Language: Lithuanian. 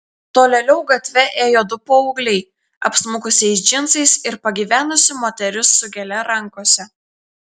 tolėliau gatve ėjo du paaugliai apsmukusiais džinsais ir pagyvenusi moteris su gėle rankose